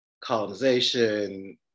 colonization